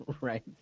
Right